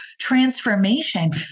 transformation